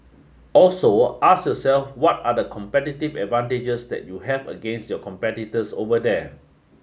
also ask yourself what are the competitive advantages that you have against your competitors over there